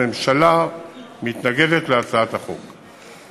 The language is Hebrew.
הממשלה מתנגדת להצעת החוק.